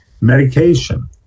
Medication